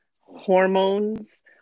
hormones